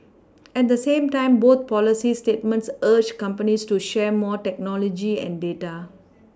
at the same time both policy statements urged companies to share more technology and data